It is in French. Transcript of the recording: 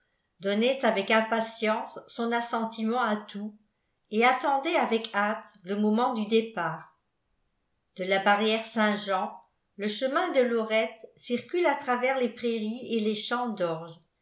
donnait avec impatience son assentiment à tout et attendait avec hâte le moment du départ de la barrière saint-jean le chemin de lorette circule à travers les prairies et les champs d'orge